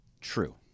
True